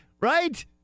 right